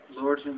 Lord